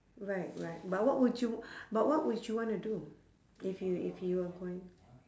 right right but what would you but what would you wanna do if you if you are going